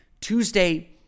Tuesday